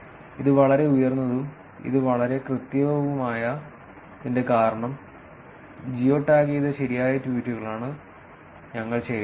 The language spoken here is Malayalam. ഇത് വളരെ ഉയർന്നതും ഇത് വളരെ കൃത്യവുമായതിന്റെ കാരണം കാരണം ജിയോ ടാഗുചെയ്ത ശരിയായ ട്വീറ്റുകളാണ് ഞങ്ങൾ ശേഖരിച്ചത്